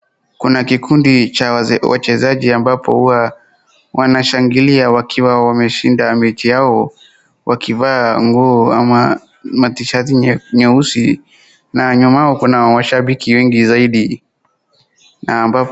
Kuna kikundi cha wachezaji ambapo huwa wanashangilia wakiwa wameshinda mechi yao wakivaa nguo ama matshirt nyeusi na nyuma yao kuna washabiki wengi zaidi na ambapo.